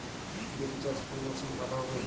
বিরি চাষ কোন মরশুমে ভালো হবে?